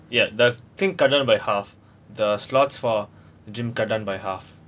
ya that think cut down by half the slots for gym cut down by half